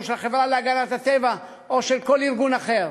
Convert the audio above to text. של החברה להגנת הטבע או של כל ארגון אחר.